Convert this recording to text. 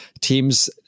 Teams